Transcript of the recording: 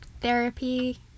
therapy